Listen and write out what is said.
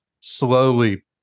slowly